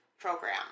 program